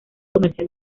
comercial